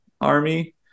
army